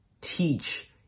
teach